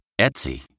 Etsy